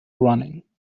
running